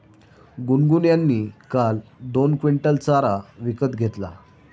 गुनगुन यांनी काल दोन क्विंटल चारा विकत घेतला